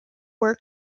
work